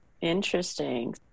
Interesting